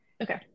Okay